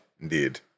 Indeed